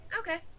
Okay